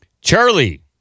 Charlie